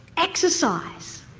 exercise.